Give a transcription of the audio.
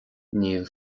níl